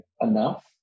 enough